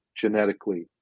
genetically